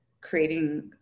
creating